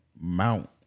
Mount